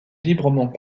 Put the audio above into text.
librement